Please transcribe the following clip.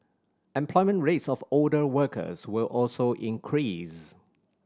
employment rates of older workers will also increase